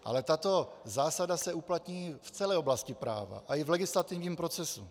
Ale tato zásada se uplatní v celé oblasti práva a i v legislativním procesu.